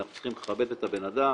אנחנו צריכים לכבד את הבן אדם.